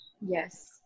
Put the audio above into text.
Yes